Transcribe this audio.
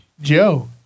Joe